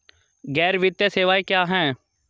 गैर वित्तीय सेवाएं क्या हैं?